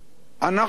אנחנו מבינים